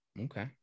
Okay